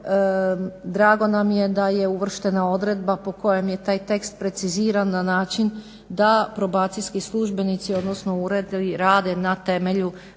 Hvala vam